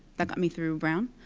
that got me through brown.